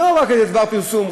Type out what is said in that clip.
לא רק דבר פרסום,